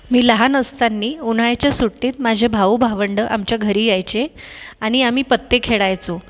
मी लहान असताना उन्हाळ्याच्या सुट्टीत माझे भाऊ भावंडं आमच्या घरी यायचे आणि आम्ही पत्ते खेळायचो